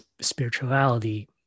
spirituality